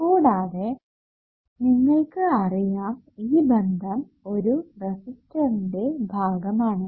കൂടാതെ നിങ്ങൾക്ക് അറിയാം ഈ ബന്ധം ഒരു റെസിസ്റ്ററിന്റെ ഭാഗമാണെന്ന്